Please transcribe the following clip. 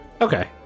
Okay